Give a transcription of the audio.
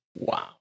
Wow